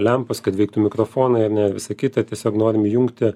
lempos kad veiktų mikrofonai ar ne ir visa kita tiesiog norim įjungti